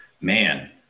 Man